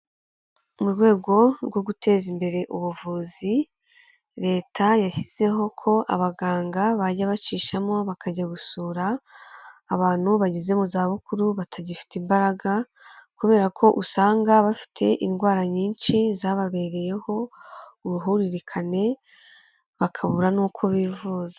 Mu rwego rwo guteza imbere ubuvuzi, leta yashyizeho ko abaganga bajya bacishamo bakajya gusura abantu bageze mu zabukuru batagifite imbaraga, kubera ko usanga bafite indwara nyinshi zababereyeho uruhurikane bakabura n'uko bivuza.